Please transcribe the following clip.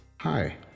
Hi